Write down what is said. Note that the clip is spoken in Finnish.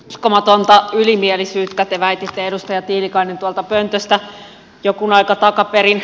uskomatonta ylimielisyyttä te väititte edustaja tiilikainen tuolta pöntöstä jokunen aika takaperin